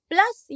Plus